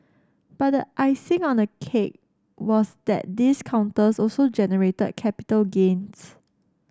but the icing on the cake was that these counters also generated capital gains